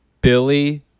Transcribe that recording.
billy